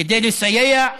כדי לסייע,